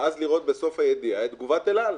ואז לראות בסוף הידיעה את תגובת אל על: